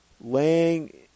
laying